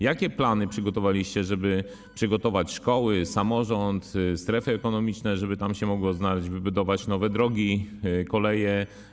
Jakie plany przygotowaliście, żeby przygotować szkoły, samorząd, strefy ekonomiczne, żeby tam się mogło to znaleźć, żeby wybudować nowe drogi, trasy kolejowe?